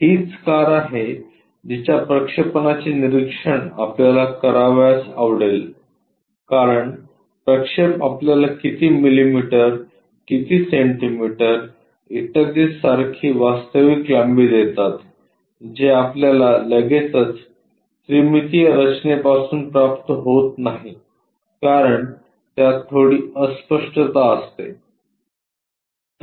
हीच कार आहे जीच्या प्रक्षेपणाचे निरीक्षण आपल्याला करावयास आवडेल कारण प्रक्षेप आपल्याला किती मिलिमीटर किती सेंटीमीटर इत्यादी सारखी वास्तविक लांबी देतात जे आपल्याला लगेचच त्रिमितीय रचनेपासून प्राप्त होत नाही कारण त्यात थोडी अस्पष्टता असते